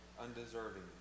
undeserving